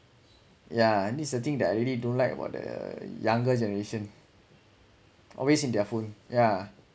yeah and it's the thing that I really don't like about the younger generation always in their phone yeah